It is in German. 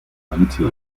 qualität